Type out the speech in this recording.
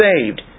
saved